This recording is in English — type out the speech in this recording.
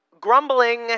grumbling